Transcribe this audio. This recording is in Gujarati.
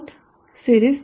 net series